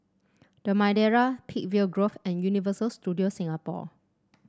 The Madeira Peakville Grove and Universal Studios Singapore